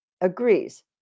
agrees